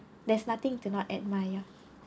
there's nothing to not admire